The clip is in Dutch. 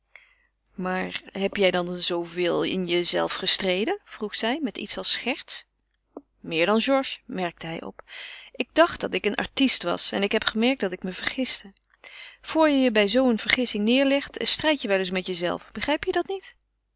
maar heb jij dan zooveel in jezelven gestreden vroeg zij met iets als scherts meer dan georges merkte hij op ik dacht dat ik een artist was en ik heb gemerkt dat ik me vergiste voor je je bij zoo een vergissing neêrlegt strijdt je wel eens met jezelven begrijp je dat niet